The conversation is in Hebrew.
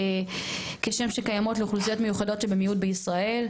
כשם שקיימות לאוכלוסיות מיוחדות שבמיעוט בישראל.